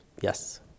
Yes